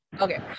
okay